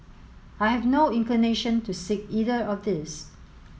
I have no inclination to seek either of these